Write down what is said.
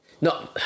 No